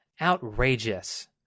Outrageous